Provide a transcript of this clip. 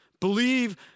Believe